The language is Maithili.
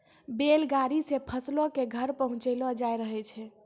बैल गाड़ी से फसलो के घर पहुँचैलो जाय रहै